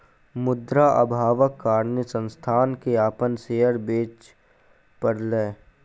मुद्रा अभावक कारणेँ संस्थान के अपन शेयर बेच पड़लै